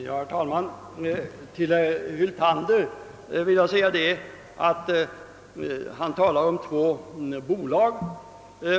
Herr talman! Herr Hyltander talar om de två kommunbolagen.